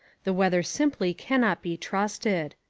the weather simply cannot be trusted.